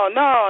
no